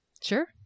sure